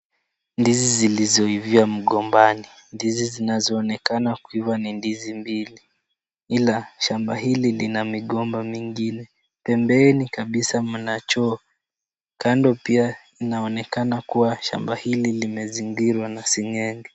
Ndizi zilizoiva mgombani. Ndizi zinazoonekana kuiva ni ndizi mbili ila, shamba hili lina migomba mingi. Pembeni kabisa mna choo. Kando pia inaonekana kuwa shamba hili limezingirwa na seng'enge.